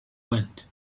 want